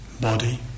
body